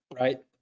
right